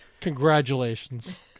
congratulations